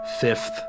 fifth